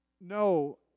No